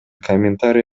комментарий